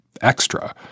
extra